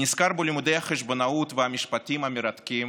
אני נזכר בלימודי החשבונאות והמשפטים המרתקים,